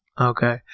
Okay